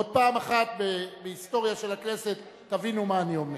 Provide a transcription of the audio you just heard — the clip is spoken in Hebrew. עוד פעם אחת בהיסטוריה של הכנסת תבינו מה אני אומר,